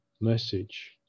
message